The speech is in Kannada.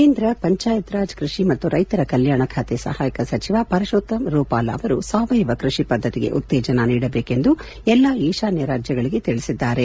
ಕೇಂದ್ರ ಪಂಚಾಯತ್ ರಾಜ್ ಕೃಷಿ ಮತ್ತು ರೈತರ ಕಲ್ಕಾಣ ಖಾತೆ ಸಹಾಯಕ ಸಚಿವ ಪರಷೋತ್ತಮ್ ಭೂಪಾಲ ಅವರು ಸಾವಯವ ಕೃಷಿ ಪದ್ಧತಿಗೆ ಉತ್ತೇಜನ ನೀಡಬೇಕೆಂದು ಎಲ್ಲಾ ಈಶಾನ್ಯ ರಾಜ್ಯಗಳಿಗೆ ತಿಳಿಸಿದ್ದಾರೆ